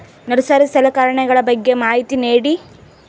Nursery ಸಲಕರಣೆಗಳ ಬಗ್ಗೆ ಮಾಹಿತಿ ನೇಡಿ?